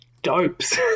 Dopes